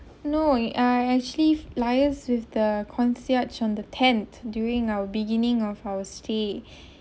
no I actually liaise with the concierge on the tenth during our beginning of our stay